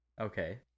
Okay